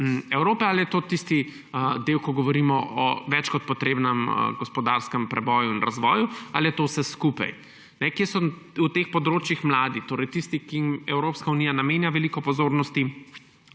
Evrope, ali je to tisti del, ko govorimo o več kot potrebnem gospodarskem preboju in razvoju, ali je to vse skupaj? Kje so v teh področjih mladi, torej tisti, ki jim Evropska unija namenja veliko pozornosti,